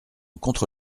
contre